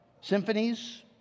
symphonies